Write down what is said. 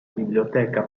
biblioteca